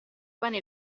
bene